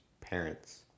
parents